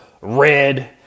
red